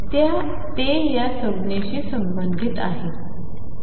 तर हे या संज्ञेशी संबंधित आहे